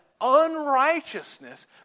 unrighteousness